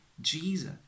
Jesus